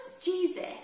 Jesus